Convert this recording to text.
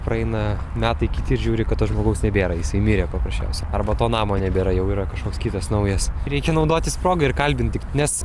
praeina metai kiti ir žiūri kad to žmogaus nebėra jisai mirė paprasčiausiai arba to namo nebėra jau yra kažkoks kitas naujas reikia naudotis proga ir kalbinti nes